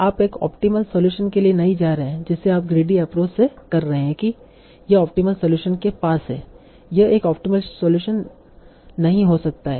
आप एक optimal solution के लिए नहीं जा रहे हैं जिसे आप ग्रीडी एप्रोच से कह रहे हैं कि यह ऑप्टीमल सलूशन के पास है यह एक ऑप्टीमल सलूशन नहीं हो सकता है